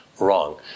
wrong